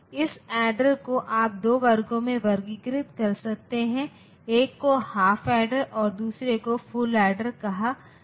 इस एडेर को आप दो वर्गों में वर्गीकृत कर सकते हैं एक को हाफ एडेर और दूसरे को फुल एडेर कहा जाता है